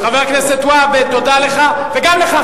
הוא היה ראש ממשלה מטעם הליכוד.